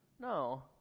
No